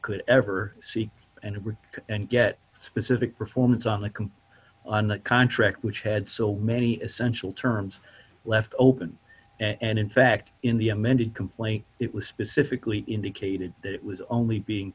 could ever see and were and get specific performance on the can on the contract which had so many essential terms left open and in fact in the amended complaint it was specifically indicated that it was only being